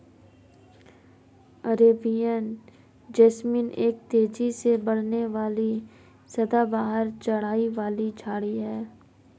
Arabian jasmine एक तेजी से बढ़ने वाली सदाबहार चढ़ाई वाली झाड़ी है